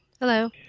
Hello